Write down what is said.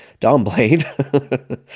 Domblade